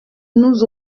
nous